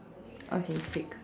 okay sick